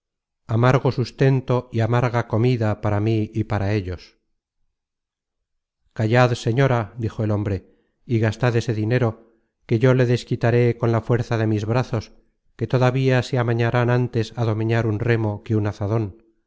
jamargo sustento y amarga comida para mí y para ellos content from google book search generated at callad señora dijo el hombre y gastad ese dinero que yo le desquitaré con la fuerza de mis brazos que todavía se amañarán ántes á domeñar un remo que un azadon